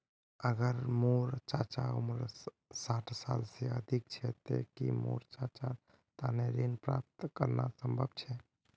अगर मोर चाचा उम्र साठ साल से अधिक छे ते कि मोर चाचार तने ऋण प्राप्त करना संभव छे?